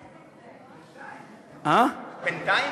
בינתיים?